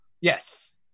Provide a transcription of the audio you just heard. Yes